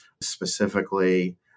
specifically